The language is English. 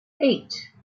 eight